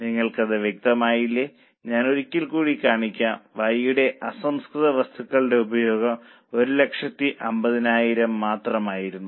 നിങ്ങൾക്കത് വ്യക്തമല്ലെങ്കിൽ ഞാൻ ഒരിക്കൽ കൂടി കാണിക്കും Y യുടെ അസംസ്കൃത വസ്തുക്കളുടെ ഉപഭോഗം 150000 മാത്രമായിരുന്നു